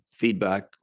feedback